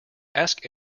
ask